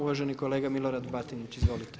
Uvaženi kolega Milorad Batinić, izvolite.